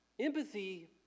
Empathy